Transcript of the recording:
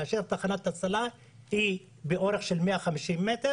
כאשר תחנת הצלה היא באורך של 150 מ',